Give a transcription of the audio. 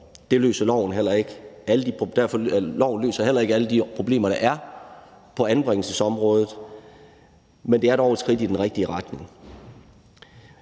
alt for mange år. Derfor løser loven heller ikke alle de problemer, der er på anbringelsesområdet, men det er dog et skridt i den rigtige retning.